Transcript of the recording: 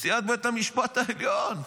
נשיאת בית המשפט העליון.